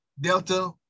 Delta